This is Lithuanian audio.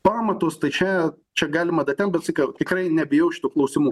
pamatus tai čia čia galima datempt bet sykiu tikrai nebijau šitų klausimų